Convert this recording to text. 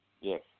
Yes